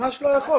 ממש לא נכון.